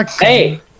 Hey